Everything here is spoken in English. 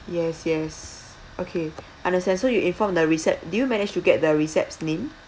yes yes okay understand so you informed the recept~ did you manage the recep's name